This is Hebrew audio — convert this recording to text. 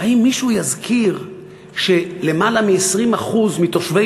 האם מישהו יזכיר שלמעלה מ-20% מתושבי